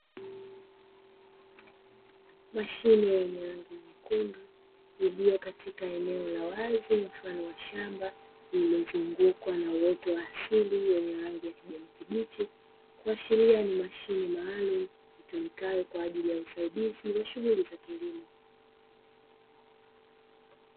Mashine yenye rangi nyekundu iliyo katika eneo la wazi mfano wa shamba lililozungukwa na uotwa asili wenye rangi ya kijani kibichi, kuashiria ni mashine maalum tulikae kwa ajili ya usaidizi wa shughuli za kilimo